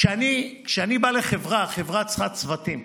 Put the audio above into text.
כשאני בא לחברה, החברה צריכה צוותים,